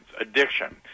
addiction